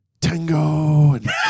Tango